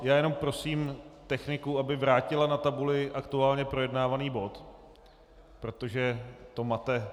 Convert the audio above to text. Jenom prosím techniku, aby vrátila na tabuli aktuálně projednávaný bod protože to mate.